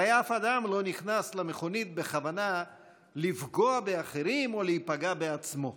הרי אף אדם לא נכנס למכונית בכוונה לפגוע באחרים או להיפגע בעצמו,